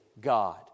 God